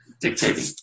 dictating